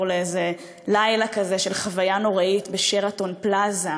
איזה לילה כזה של חוויה נוראית ב"שרתון פלאזה"